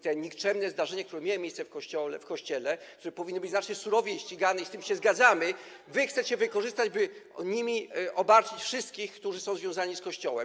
Te nikczemne zdarzenia, które miały miejsce w Kościele, które powinny być znacznie surowiej ścigane, i z tym się zgadzamy, chcecie wykorzystać, by nimi obarczyć wszystkich, którzy są związani z Kościołem.